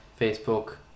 Facebook